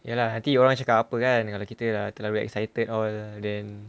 ya lah nanti orang cakap apa kan kalau kita iya lah terlalu excited all then